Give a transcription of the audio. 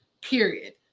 period